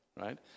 right